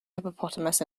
hippopotamus